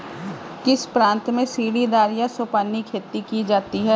किस प्रांत में सीढ़ीदार या सोपानी खेती की जाती है?